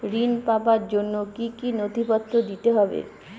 ঋণ পাবার জন্য কি কী নথিপত্র দিতে হবে?